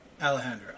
Alejandra